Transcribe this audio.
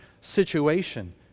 situation